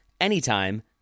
anytime